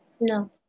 No